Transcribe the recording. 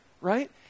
right